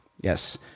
yes